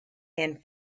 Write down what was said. and